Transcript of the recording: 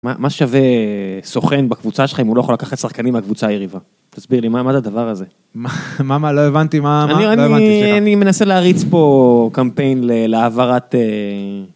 מה שווה סוכן בקבוצה שלכם, אם הוא לא יכול לקחת שחקנים מהקבוצה היריבה. תסביר לי, מה זה הדבר הזה? מה, מה, לא הבנתי מה, מה, לא הבנתי שאלה. אני מנסה להריץ פה קמפיין להעברת...